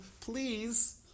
please